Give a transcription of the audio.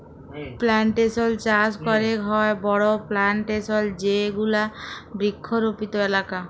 plantation চাস ক্যরেক হ্যয় বড় প্লানটেশল এ যেগুলা বৃক্ষরপিত এলাকা